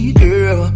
girl